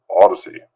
odyssey